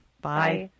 Bye